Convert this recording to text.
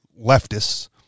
leftists